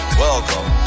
welcome